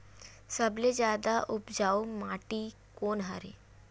सबले जादा उपजाऊ माटी कोन हरे?